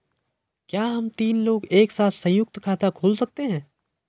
क्या हम तीन लोग एक साथ सयुंक्त खाता खोल सकते हैं?